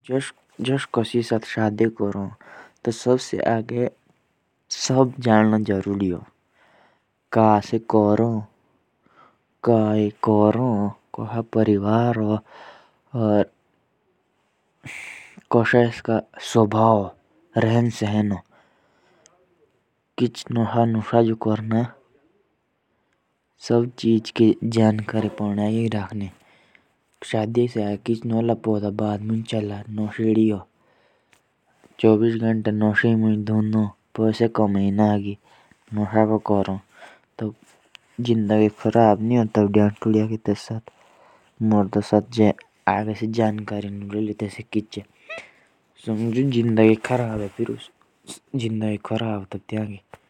जैसे शादी करते ह। तो सबसे पहले लड़के के बारे में जानना चाहिए। वरना उसके बाद लड़की की ज़िंदगी खराब भी हो सकती ह। अगर लड़का कुछ काम नहीं रहा ओर नशा करने में धुंध ह।